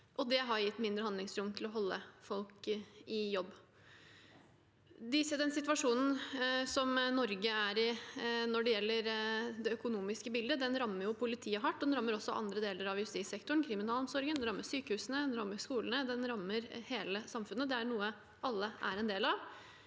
Det har gitt mindre handlingsrom til å holde folk i jobb. Den situasjonen Norge er i når det gjelder det økonomiske bildet, rammer politiet hardt. Den rammer også andre deler av justissektoren, kriminalomsorgen, den rammer sykehusene, den rammer skolene, den rammer hele samfunnet. Det er noe alle er en del av.